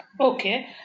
Okay